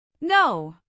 No